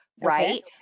right